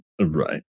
Right